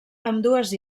ambdues